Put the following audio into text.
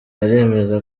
aremeza